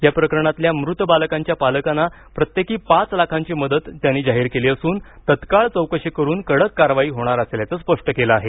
या प्रकरणातल्या मृत बालकांच्या पालकांना प्रत्येकी पाच लाखांची मदत त्यांनी जाहीर केली असून तत्काळ चौकशी करून कडक कारवाई होणार असल्याचं स्पष्ट केलं आहे